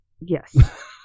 Yes